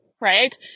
right